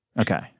Okay